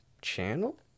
channel